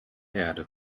erde